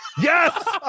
Yes